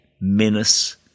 menace